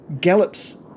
gallops